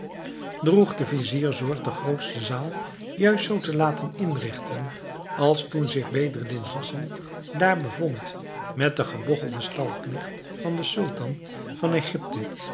droeg de vizier zorg de groote zaal juist zoo te laten inrigten als toen zich bedreddin hassan daar bevond met den gebogchelden stalknecht van den sultan van egypte